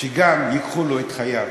שגם ייקחו לו את חייו.